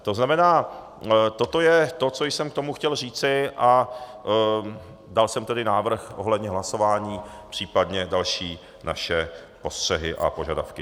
To znamená, že toto je to, co jsem k tomu chtěl říci, a dal jsem tedy návrh ohledně hlasování, případně naše další postřehy a požadavky.